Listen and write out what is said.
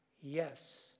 Yes